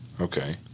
Okay